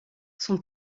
son